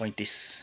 पैँतिस